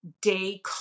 day